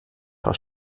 paar